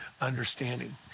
understanding